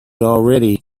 already